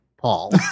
Paul